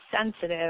sensitive